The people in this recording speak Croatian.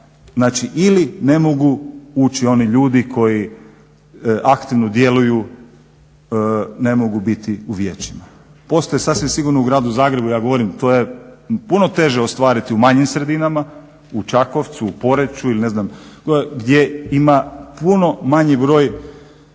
znači ili ne mogu ući oni ljudi koji aktivno djeluju, ne mogu biti u vijećima. Postoje sasvim sigurno u Gradu Zagrebu, ja govorim to je puno teže ostvariti u manjim sredinama, u Čakovcu, u Poreču ili ne znam gdje ima puno manji broj